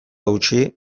gutxi